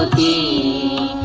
the